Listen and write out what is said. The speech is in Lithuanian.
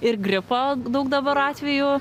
ir gripo daug dabar atvejų